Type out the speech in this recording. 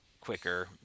quicker